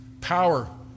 power